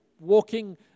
walking